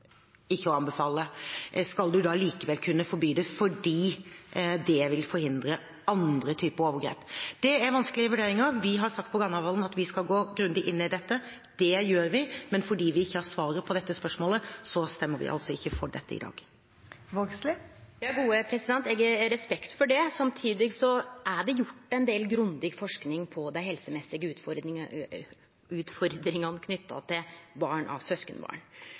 å anbefale, skal man da likevel kunne forby det fordi det vil forhindre andre typer overgrep? Det er vanskelige vurderinger. Vi har sagt i Granavolden-plattformen at vi skal gå grundig inn i dette. Det gjør vi. Men fordi vi ikke har svaret på dette spørsmålet, stemmes det altså ikke for det i dag. Eg har respekt for det. Samtidig er det gjort ein del grundig forsking på dei helsemessige utfordringane knytte til barn av søskenbarn.